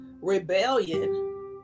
rebellion